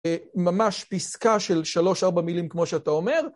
ממש פסקה של שלוש-ארבע מילים כמו שאתה אומר.